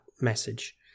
message